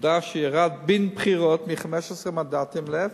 עובדה שירד בין בחירות מ-15 מנדטים לאפס,